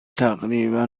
تقریبا